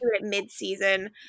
mid-season